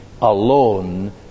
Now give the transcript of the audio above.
alone